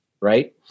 right